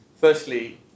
firstly